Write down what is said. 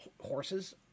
horses